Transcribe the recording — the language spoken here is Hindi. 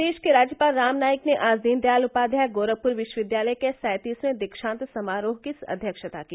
प्रदेश के राज्यपाल राम नाईक ने आज दीनदयाल उपाध्याय गोरखपुर विश्वविद्यालय के सैंतीसवें दीक्षान्त समारोह की अव्यक्षता की